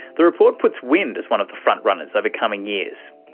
the report puts wind as one of the frontrunners over coming years.